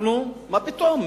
מה פתאום?